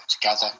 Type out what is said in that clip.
together